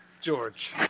George